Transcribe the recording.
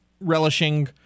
relishing